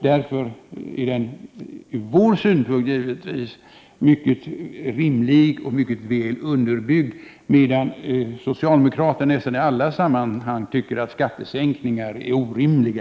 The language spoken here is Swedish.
Därför är det ur vår synpunkt givetvis mycket rimligt och mycket väl underbyggt, medan socialdemokraterna nästan i alla sammanhang tycker att skattesänkningar är orimliga.